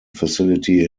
facility